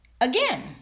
again